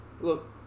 look